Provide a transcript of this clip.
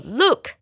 look